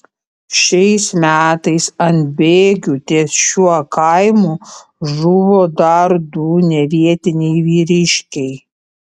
šiais metais ant bėgių ties šiuo kaimu žuvo dar du nevietiniai vyriškiai